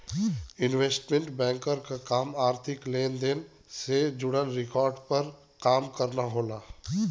investment banker क काम आर्थिक लेन देन से जुड़ल रिकॉर्ड पर काम करना होला